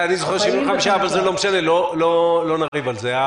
אני זוכר 75%, אבל לא משנה, לא נריב על זה.